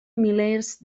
milers